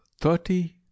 Thirty